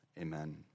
amen